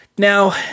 Now